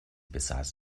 besaß